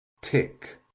tick